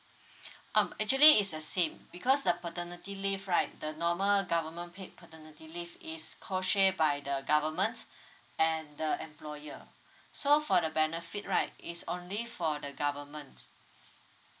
um actually it's a same because the paternity leave right the normal government paid paternity leave is co share by the government and the employer so for the benefit right is only for the government